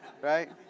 Right